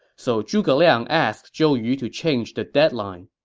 so zhuge liang asked zhou yu to change the deadline